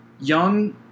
young –